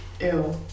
Ew